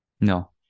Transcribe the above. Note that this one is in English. No